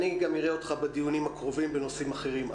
אני גם אראה אותך בדיונים הקרובים בנושאים אחרים.